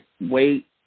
wait